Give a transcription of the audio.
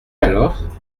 alors